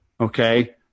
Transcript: okay